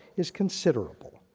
is considerable.